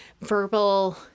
verbal